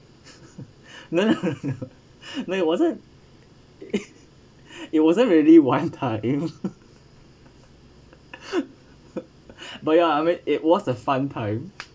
no no no no it wasn't it wasn't really wild time but ya I mean it was a fun time